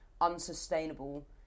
unsustainable